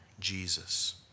Jesus